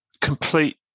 complete